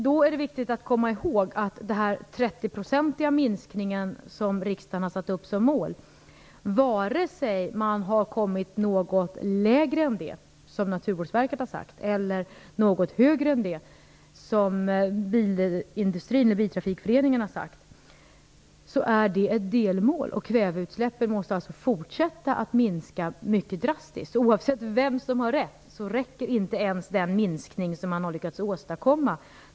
Då är det viktigt att komma ihåg den 30-procentiga minskning som riksdagen satt upp som mål. Vare sig man har kommit något lägre än det, som Naturvårdsverket sagt, eller man har kommit något högre än det, som Biltrafikföreningen sagt, är det fråga om ett delmål. Kväveutsläppen måste alltså fortsätta att minska mycket drastiskt. Oavsett vem som har rätt så räcker inte ens den minskning av kväveutsläppen som man har lyckats åstadkomma.